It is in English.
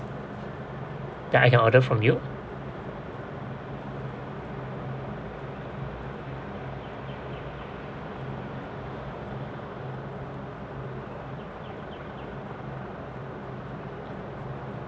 that I can order from you